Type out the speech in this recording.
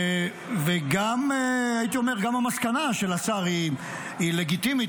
וגם הייתי אומר שגם המסקנה של השר היא לגיטימית.